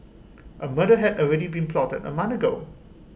A murder had already been plotted A month ago